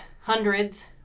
hundreds